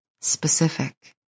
specific